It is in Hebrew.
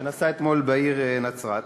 שנסע אתמול בעיר נצרת,